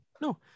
No